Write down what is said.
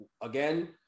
again